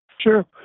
Sure